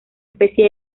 especie